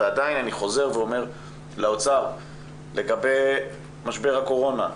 ועדיין אני חוזר ואומר לאוצר לגבי משבר הקורונה,